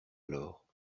alors